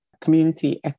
community